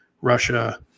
Russia